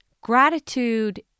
gratitude